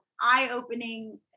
eye-opening